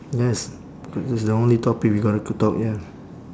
yes that's the only topic we got to talk ya